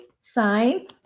sign